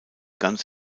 ganz